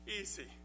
Easy